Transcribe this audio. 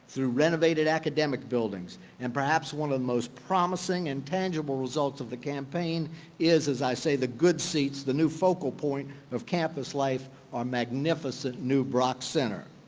through renovated academic buildings and perhaps one of the most promising and tangible result of the campaign is as i say the good seats, the new focal point of campus life on magnificent new brock center,